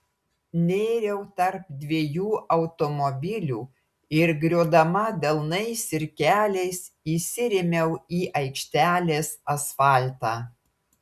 nėriau tarp dviejų automobilių ir griūdama delnais ir keliais įsirėmiau į aikštelės asfaltą